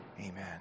Amen